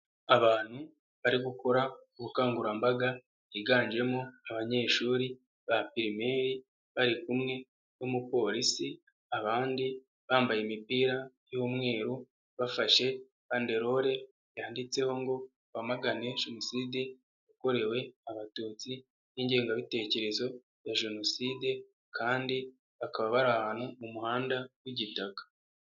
Abantu bari gukora ubukangurambaga higanjemo abanyeshuri ba pirimeri bari kumwe n'umupolisi abandi bambaye imipira y'umweru bafashe bandelore yanditseho ngo "Twamagane jenoside yakorewe Abatutsi n'ingengabitekerezo ya jenoside" kandi bakaba bari ahantu mu muhanda w'igitaka.